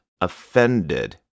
offended